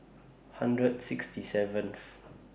hundred sixty seventh